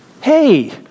hey